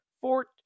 Fort